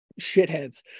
shitheads